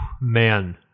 Man